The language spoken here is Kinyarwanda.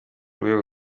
rwego